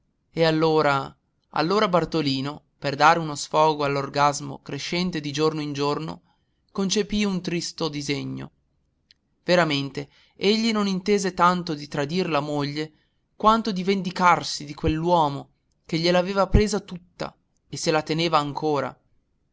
e allora allora bartolino per dare uno sfogo all'orgasmo crescente di giorno in giorno concepì un tristo disegno veramente egli non intese tanto di tradir la moglie quanto di vendicarsi di quell'uomo che gliel'aveva presa tutta e se la teneva ancora